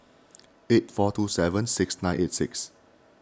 eight four two seven six nine eight six